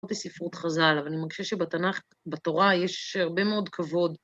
בספרות חז"ל, אבל אני מברגישה שבתנ״ך, בתורה, יש הרבה מאוד כבוד.